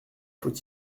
faut